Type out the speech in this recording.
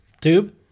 Tube